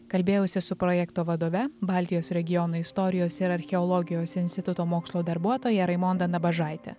kalbėjausi su projekto vadove baltijos regiono istorijos ir archeologijos instituto mokslo darbuotoja raimonda nabažaite